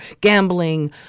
gambling